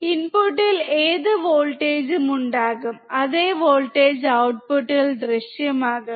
ഇൻപുട്ടിൽ ഏത് വോൾട്ടേജും ഉണ്ടാകും അതേ വോൾട്ടേജ് ഔട്ട്പുട്ടിൽ ദൃശ്യമാകും